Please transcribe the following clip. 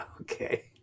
Okay